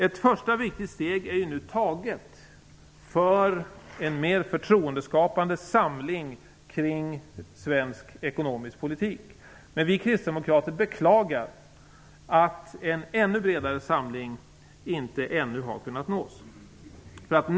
Ett första viktigt steg är nu taget för en mer förtroendeskapande samling kring svensk ekonomisk politik. Men vi kristdemokrater beklagar att en ännu bredare samling ännu inte har kunnat nås.